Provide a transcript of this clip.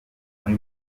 muri